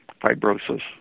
fibrosis